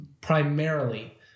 primarily